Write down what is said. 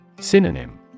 Synonym